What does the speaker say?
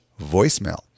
voicemail